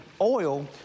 oil